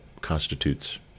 constitutes